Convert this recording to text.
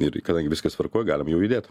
ir kadangi viskas tvarkoj galim jau judėt